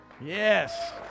Yes